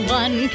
one